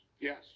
yes